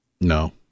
No